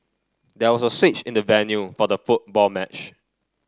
there was a switch in the venue for the football match